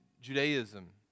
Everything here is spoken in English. Judaism